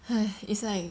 !aiya! it's like